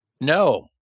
No